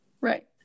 right